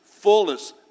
Fullness